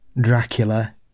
Dracula